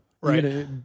Right